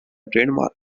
trademark